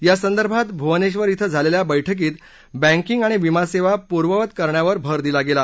यासंदर्भात भूवनेश्वर क्रिं झालेल्या बैठकीत बँकिंग आणि विमा सेवा पूर्ववत करण्यावर भर दिला गेला